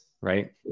Right